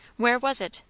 where was it?